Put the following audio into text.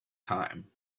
time